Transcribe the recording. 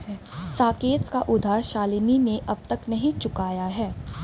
साकेत का उधार शालिनी ने अब तक नहीं चुकाया है